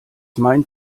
meint